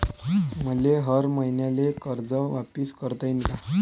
मले हर मईन्याले कर्ज वापिस करता येईन का?